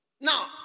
Now